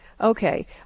Okay